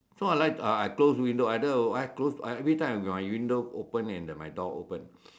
so I like I close window I don't have I close every time my window and my door open